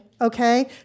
okay